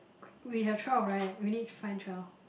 we have twelve right we need to find twelve